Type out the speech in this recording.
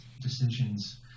decisions